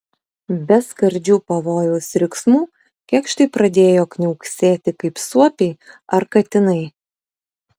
be skardžių pavojaus riksmų kėkštai pradėjo kniauksėti kaip suopiai ar katinai